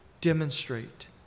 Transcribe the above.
demonstrate